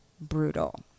brutal